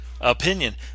opinion